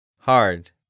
Hard